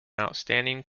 outstanding